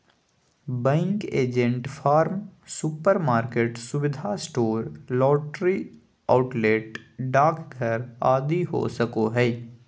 bank agent farm, supermarket, सुविधा store, lottery outlet, डाकघर आदि हो सको हइ